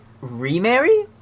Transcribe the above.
Remarry